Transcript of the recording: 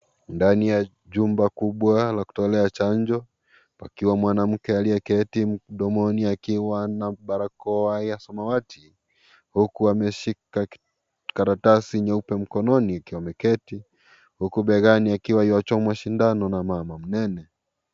Ndani ya jumba kubwa la kutolea chanjo. Pakiwa mwanamke aliyeketi mdomoni akiwa na barakoa ya samawati. Huku ameshika karatasi nyeupe mkononi akiwa ameketi. Huku begani akiwa yuchomwa shindano na mama mnene.